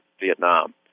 Vietnam